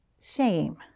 shame